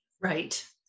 Right